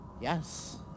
Yes